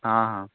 ହଁ ହଁ